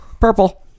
Purple